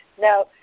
Now